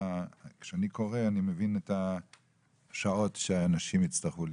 מה שאני קורא אני מבין את השעות שאנשים יצטרכו ללמוד.